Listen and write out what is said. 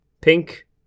Pink